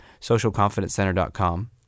socialconfidencecenter.com